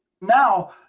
now